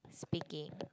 speaking